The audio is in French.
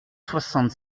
soixante